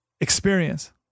experience